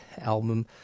album